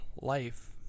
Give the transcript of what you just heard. life